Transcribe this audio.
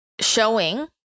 showing